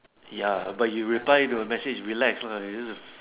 ya but you reply to the message relax or it just is